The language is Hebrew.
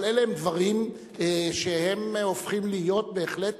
אבל אלה הם דברים שהופכים להיות בהחלט